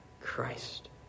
Christ